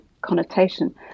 connotation